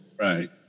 Right